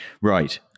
Right